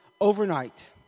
overnight